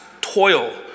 toil